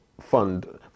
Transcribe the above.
fund